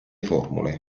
formule